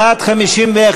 בעד, 51,